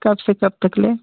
कब से कब तक लें